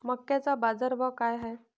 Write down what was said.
मक्याचा बाजारभाव काय हाय?